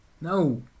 No